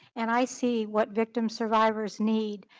and i see what victims survivors need,